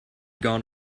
gone